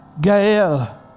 Gael